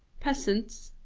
peasants,